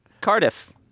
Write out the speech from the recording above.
Cardiff